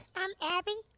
um abby.